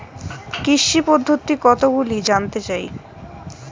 কৃষি পদ্ধতি কতগুলি জানতে চাই?